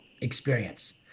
experience